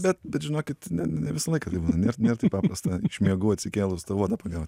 bet bet žinokit ne ne visą laiką nėr nėr taip paprasta iš miegų atsikėlus tą uodą pagaut